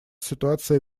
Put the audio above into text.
ситуация